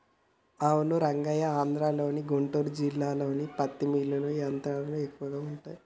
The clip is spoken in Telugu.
అవును రంగయ్య ఆంధ్రలోని గుంటూరు జిల్లాలో పత్తి మిల్లులు యంత్రాలు ఎక్కువగా ఉంటాయి